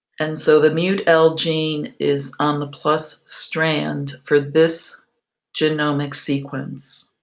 and so the mutl gene is on the plus strand for this genomic sequence.